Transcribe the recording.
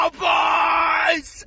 boys